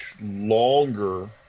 longer